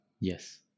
yes